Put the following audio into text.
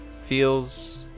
feels